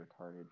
retarded